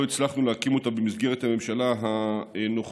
לא הצלחנו להקים אותה במסגרת הממשלה הנוכחית,